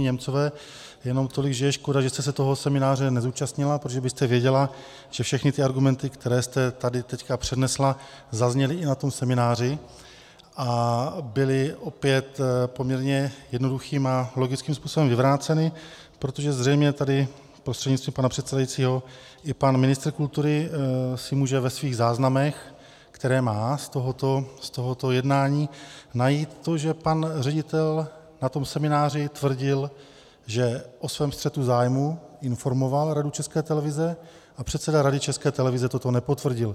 Němcové jenom tolik, že je škoda, že jste se toho semináře nezúčastnila, protože byste věděla, že všechny argumenty, které jste tady teď přednesla, zazněly i na tom semináři a byly opět poměrně jednoduchým a logickým způsobem vyvráceny, protože zřejmě tady prostřednictvím pana předsedajícího i pan ministr kultury si může ve svých záznamech, které má z tohoto jednání, najít to, že pan ředitel na tom semináři tvrdil, že o svém střetu zájmů informoval Radu České televize a předseda Rady České televize toto nepotvrdil.